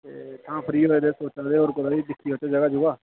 ते तां फ्री लगा दे हे ते सोचा दे हे होर कुतै दिक्खी औचै जगह् जुगह्